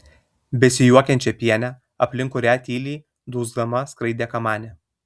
besijuokiančią pienę aplink kurią tyliai dūgzdama skraidė kamanė